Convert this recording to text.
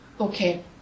Okay